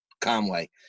Conway